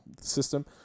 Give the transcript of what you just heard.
system